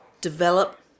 develop